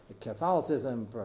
Catholicism